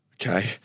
Okay